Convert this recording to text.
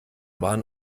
waren